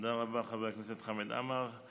תודה רבה, חבר הכנסת חמד עמאר.